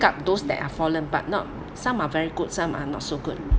up those that are fallen but not some are very good some are not so good